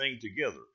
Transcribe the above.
together